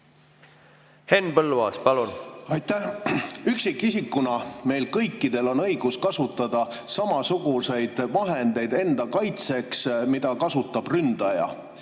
Henn Põlluaas, palun! Aitäh! Üksikisikuna on meil kõikidel õigus kasutada samasuguseid vahendeid enda kaitseks, nagu kasutab ründaja.